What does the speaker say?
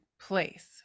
place